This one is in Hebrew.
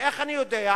ואיך אני יודע?